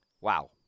Wow